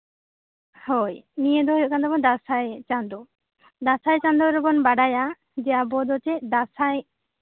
ᱦᱳᱭ ᱱᱤᱭᱟᱹ ᱫᱚ ᱦᱩᱭᱩᱜ ᱠᱟᱱ ᱛᱟᱵᱚᱱᱟ ᱫᱟᱸᱥᱟᱭ ᱪᱟᱸᱫᱳ ᱫᱟᱸᱥᱟᱭ ᱪᱟᱸᱫᱳ ᱫᱚᱵᱚᱱ ᱵᱟᱰᱟᱭᱟ ᱟᱵᱚ ᱫᱚ ᱪᱮᱫ